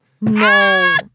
No